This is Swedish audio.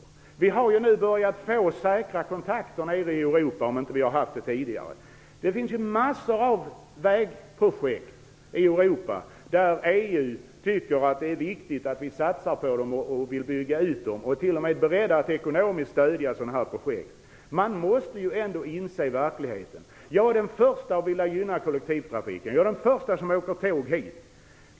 Men vi har ju nu börjat få säkra kontakter nere i Europa - om vi inte tidigare haft sådana. Det finns ju en mängd vägprojekt i Europa som EU tycker att det är viktigt att vi satsar på. Viljan finns att bygga ut dem. Man är t.o.m. beredd att ekonomiskt stödja sådana här projekt. Man måste ändå inse vad som är verklighet. Jag är den förste att vilja gynna kollektivtrafiken. Jag är den förste att välja tåget när jag åker hit.